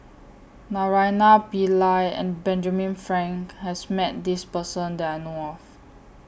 Naraina Pillai and Benjamin Frank has Met This Person that I know of